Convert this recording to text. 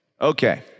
Okay